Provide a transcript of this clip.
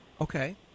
Okay